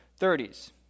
30s